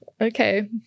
Okay